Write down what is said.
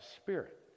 spirit